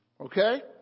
Okay